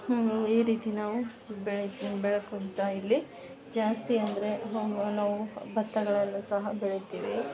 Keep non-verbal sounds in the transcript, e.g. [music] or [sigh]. ಹ್ಞೂ ಈ ರೀತಿ ನಾವು ಬೆಳಿತೀವಿ ಬೆಳಕುದ್ದ ಇಲ್ಲಿ ಜಾಸ್ತಿ ಅಂದರೆ [unintelligible] ನಾವು ಭತ್ತಗಳನ್ನು ಸಹ ಬೆಳಿತೀವಿ